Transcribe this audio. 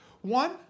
One